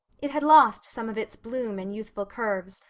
it had lost some of its bloom and youthful curves,